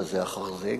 זה אחר זה,